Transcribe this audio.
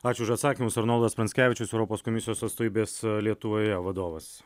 ačiū už atsakymus arnoldas pranckevičius europos komisijos atstovybės lietuvoje vadovas